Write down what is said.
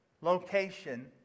location